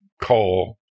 call